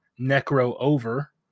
Necro-Over